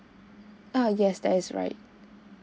err yes that is right